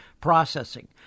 processing